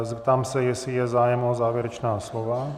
Zeptám se, jestli je zájem o závěrečná slova.